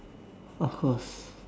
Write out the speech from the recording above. of course